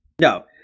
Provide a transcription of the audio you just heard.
No